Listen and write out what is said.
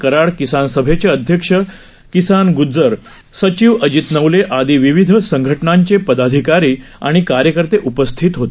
कराड किसानसभेचेराज्य अध्यक्षकिसानगुज्जर सचीवअजितनवले आदि विविधसंघटनांचेपदाधिकारीआणिकार्यकर्तेउपस्थितहोते